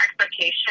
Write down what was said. expectation